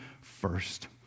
first